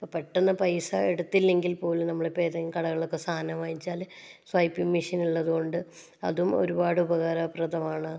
ഇപ്പോൾ പെട്ടെന്ന് പൈസ എടുത്തില്ലെങ്കിൽ പോലും നമ്മൾ ഇപ്പോൾ ഏതെങ്കിലും കടകളൊക്കെ സാധനം വാങ്ങിച്ചാൽ സ്വൈപ്പിങ് മെഷീൻ ഉള്ളത് കൊണ്ട് അതും ഒരുപാട് ഉപകാരപ്രദമാണ്